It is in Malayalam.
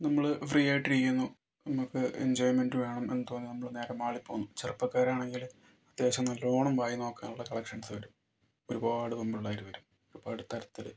നമ്മൾ ഫ്രീയായിട്ടിരിക്കുന്നു നമുക്ക് എൻജോയ്മെൻറ്റ് വേണം എന്ന് തോന്നുമ്പോൾ നേരെ മാളിൽ പോകുന്നു ചെറുപ്പക്കാരാണെങ്കിൽ അത്യാവശ്യം നല്ലവണ്ണം വായിനോക്കാനുള്ള കളക്ഷൻസ് വരും ഒരുപാട് പെമ്പിള്ളേർ വരും ഇപ്പോൾ പല തരത്തിൽ